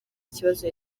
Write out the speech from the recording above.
kibazo